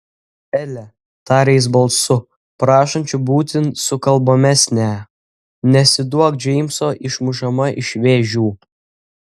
ele tarė jis balsu prašančiu būti sukalbamesnę nesiduok džeimso išmušama iš vėžių